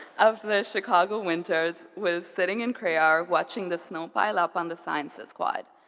of the chicago winters was sitting in crerar watching the snow pile up on the sciences quad.